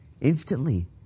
Instantly